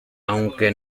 aunque